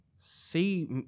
see